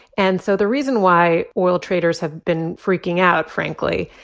and so the reason why oil traders have been freaking out, frankly,